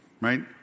Right